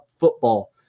football